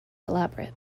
elaborate